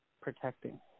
protecting